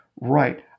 right